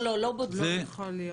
לא בודקים.